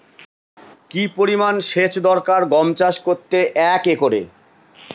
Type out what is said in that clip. কি পরিমান সেচ দরকার গম চাষ করতে একরে?